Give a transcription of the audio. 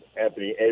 Anthony